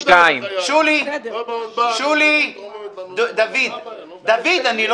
בשביל זה --- דודו, דוד ודודי, זה סתם.